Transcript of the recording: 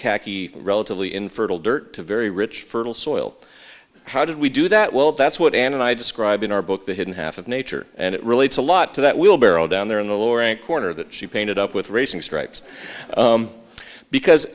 khaki relatively infertile dirt to very rich fertile soil how did we do that well that's what and i describe in our book the hidden half of nature and it relates a lot to that wheelbarrow down there in the lower rank corner that she painted up with racing stripes because